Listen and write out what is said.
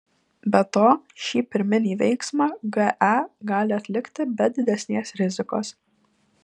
be to šį pirminį veiksmą ge gali atlikti be didesnės rizikos